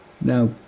Now